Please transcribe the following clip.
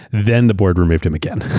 then the board removed him again.